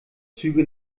züge